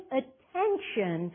attention